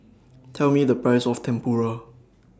Tell Me The Price of Tempura